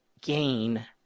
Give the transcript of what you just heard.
gain